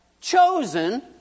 chosen